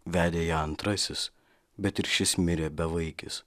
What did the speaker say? vedė ją antrasis bet ir šis mirė bevaikis